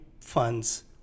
funds